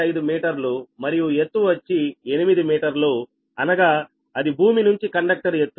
5 మీటర్లు మరియు ఎత్తు వచ్చి 8 మీటర్లు అనగా అది భూమి నుంచి కండక్టర్ ఎత్తు